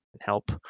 help